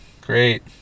Great